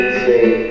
say